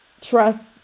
trust